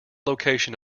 location